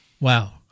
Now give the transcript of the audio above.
Wow